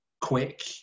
quick